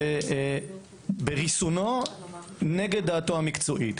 בריסונו נגד דעתו המקצועית?